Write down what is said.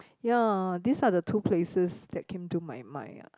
ya these are the two places that came to my mind ah